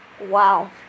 Wow